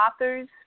authors